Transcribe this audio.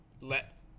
let